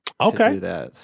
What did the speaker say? Okay